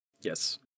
Yes